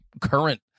current